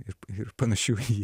ir ir panašių į jį